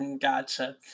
Gotcha